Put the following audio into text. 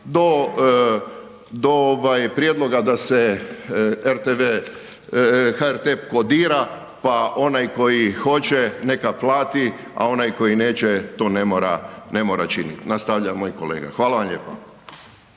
prijedloga da se rtv, HRT kodira pa onaj koji hoće neka plati, a onaj koji neće to ne mora činiti. Nastavlja moj kolega. Hvala vam lijep.